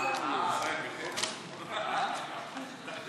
חברת